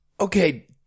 Okay